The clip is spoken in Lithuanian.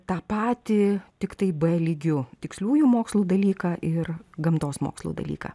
tą patį tiktai b lygiu tiksliųjų mokslų dalyką ir gamtos mokslų dalyką